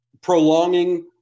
prolonging –